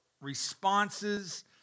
responses